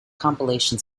compilation